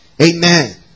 Amen